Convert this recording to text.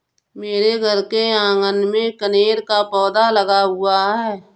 मेरे घर के आँगन में कनेर का पौधा लगा हुआ है